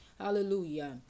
hallelujah